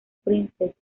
princess